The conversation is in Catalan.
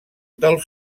del